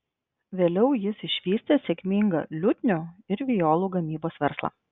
vėliau jis išvystė sėkmingą liutnių ir violų gamybos verslą